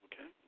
Okay